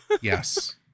yes